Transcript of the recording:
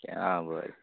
okay आं बरें